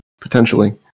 potentially